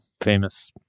famous